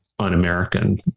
un-American